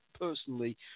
personally